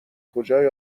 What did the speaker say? کجای